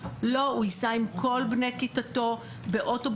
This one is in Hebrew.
לא הוא ייסע עם כל בני כיתתו באוטובוס